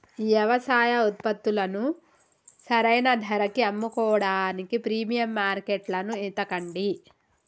యవసాయ ఉత్పత్తులను సరైన ధరకి అమ్ముకోడానికి ప్రీమియం మార్కెట్లను ఎతకండి